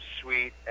sweet